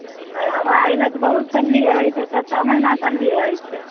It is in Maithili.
नहि हमरा आर एने तऽ बहुत ठंडी रहै छै छओ छओ महीना ठंडी रहै छै